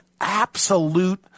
absolute